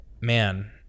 man